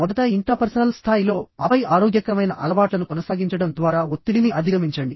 మొదట ఇంట్రాపర్సనల్ స్థాయిలో ఆపై ఆరోగ్యకరమైన అలవాట్లను కొనసాగించడం ద్వారా ఒత్తిడిని అధిగమించండి